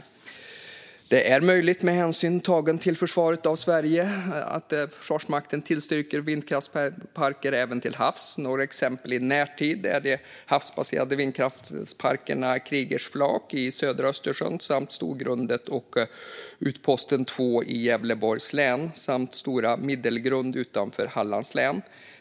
Där det är möjligt, med hänsyn tagen till försvaret av Sverige, tillstyrker Försvarsmakten vindkraftsparker även till havs. Några exempel i närtid är de havsbaserade vindkraftsparkerna Kriegers flak i södra Östersjön, Storgrundet och Utposten 2 i Gävleborgs län samt Stora Middelgrund utanför Hallands län.